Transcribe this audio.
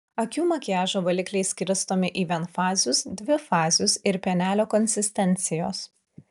akių makiažo valikliai skirstomi į vienfazius dvifazius ir pienelio konsistencijos